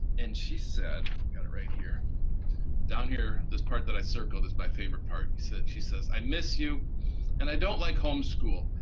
and she said right here down here this part that i circled is my favorite part she said she says i miss you and i don't like home school.